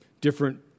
different